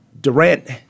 Durant